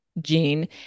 gene